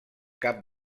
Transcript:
cap